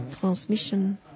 transmission